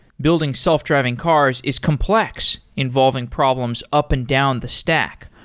building self-driving cars is complex involving problems up and down the stack.